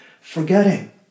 forgetting